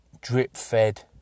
drip-fed